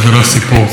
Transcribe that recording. אורי אבנרי,